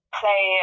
play